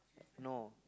no